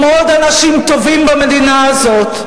כמו עוד אנשים טובים במדינה הזאת,